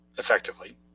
Effectively